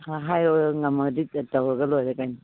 ꯍꯥꯏꯌꯨ ꯉꯝꯃꯗꯤ ꯇꯧꯔꯒ ꯂꯣꯏꯔꯦ ꯀꯩꯅꯣ